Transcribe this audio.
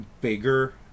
bigger